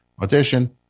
audition